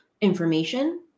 information